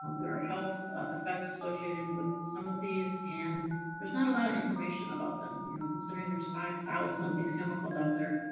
there are health effects associated with some of these, and there's not a lot of information about them. you know, considering there's five thousand of these chemicals out there,